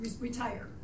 retire